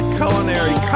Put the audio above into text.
culinary